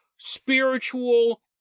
Spiritual